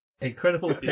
Incredible